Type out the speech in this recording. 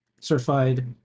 certified